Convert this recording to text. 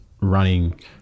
running